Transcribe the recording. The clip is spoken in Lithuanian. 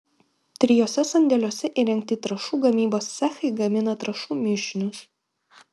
trijuose sandėliuose įrengti trąšų gamybos cechai gamina trąšų mišinius